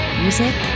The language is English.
music